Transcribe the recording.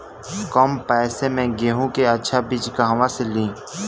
कम पैसा में गेहूं के अच्छा बिज कहवा से ली?